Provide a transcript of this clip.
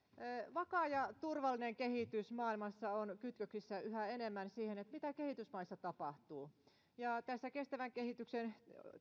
vakaa ja turvallinen kehitys maailmassa on kytköksissä yhä enemmän siihen mitä kehitysmaissa tapahtuu tässä kestävän kehityksen